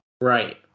Right